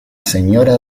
señora